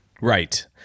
right